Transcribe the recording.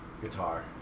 Guitar